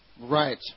Right